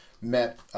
met